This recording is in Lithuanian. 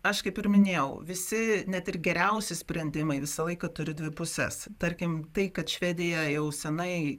aš kaip ir minėjau visi net ir geriausi sprendimai visą laiką turi dvi puses tarkim tai kad švedija jau senai